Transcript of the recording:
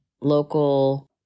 local